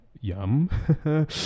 Yum